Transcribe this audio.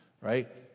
Right